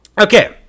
Okay